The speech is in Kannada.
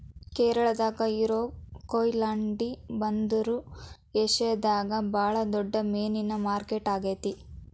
ಕೇರಳಾದಾಗ ಇರೋ ಕೊಯಿಲಾಂಡಿ ಬಂದರು ಏಷ್ಯಾದಾಗ ಬಾಳ ದೊಡ್ಡ ಮೇನಿನ ಮಾರ್ಕೆಟ್ ಆಗೇತಿ